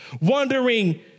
wondering